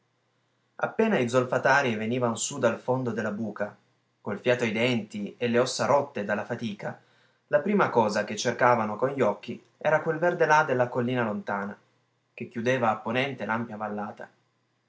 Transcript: appena i zolfatari venivan su dal fondo della buca col fiato ai denti e le ossa rotte dalla fatica la prima cosa che cercavano con gli occhi era quel verde là della collina lontana che chiudeva a ponente l'ampia vallata